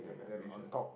then on top